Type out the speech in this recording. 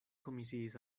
komisiis